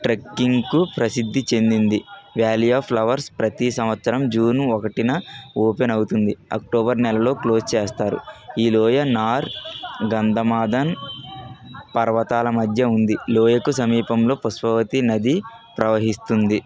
ట్రెక్కింగ్కు ప్రసిద్ధి చెందింది valley of flowers ప్రతీ సంవత్సరం జూన్ ఒకటిన ఓపెన్ అవుతుంది అక్టోబర్ నెలలో క్లోజ్ చేస్తారు ఈ లోయ నార్ గంధమాధన్ పర్వతాల మధ్య ఉంది లోయకు సమీపంలో పుష్పవతి నది ప్రవహిస్తుంది